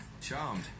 Charmed